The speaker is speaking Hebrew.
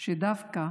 שדווקא